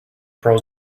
pros